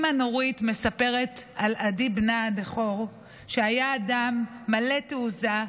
אימא נורית מספרת על עדי בנה הבכור שהיה אדם מלא תעוזה,